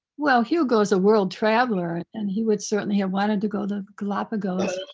well, hugo is a world traveler, and he would certainly have wanted to go the galapagos.